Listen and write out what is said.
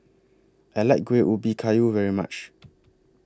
I like Kuih Ubi Kayu very much